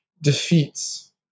defeats